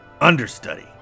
understudy